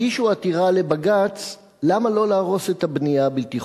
הגישו עתירה לבג"ץ למה לא להרוס את הבנייה הבלתי-חוקית.